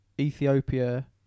Ethiopia